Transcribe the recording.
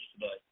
today